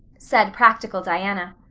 said practical diana,